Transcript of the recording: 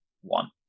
one